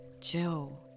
Joe